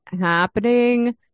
happening